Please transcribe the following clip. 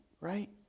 Right